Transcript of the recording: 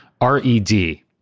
R-E-D